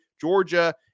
Georgia –